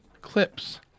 clips